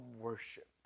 worship